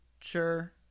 sure